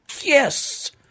Yes